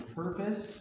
purpose